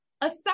aside